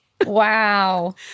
Wow